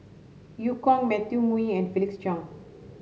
Eu Kong Matthew Ngui and Felix Cheong